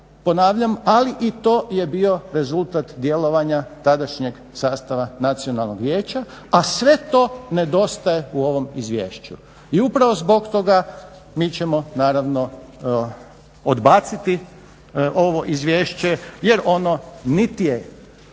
ponavljam, ali i to je bio rezultat djelovanja tadašnjem sastava Nacionalnog vijeća, a sve to nedostaje u ovom izvješću i upravo zbog toga mi ćemo naravno odbaciti ovo izvješće jer ono niti je